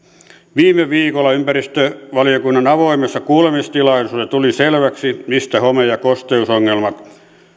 viime viikolla ympäristövaliokunnan avoimessa kuulemistilaisuudessa tuli selväksi mistä home ja ja kosteusongelmat